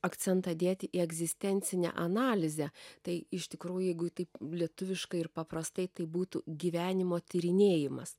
akcentą dėti į egzistencinę analizę tai iš tikrųjų jeigu taip lietuviškai ir paprastai tai būtų gyvenimo tyrinėjimas